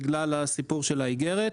בגלל הסיפור של האיגרת,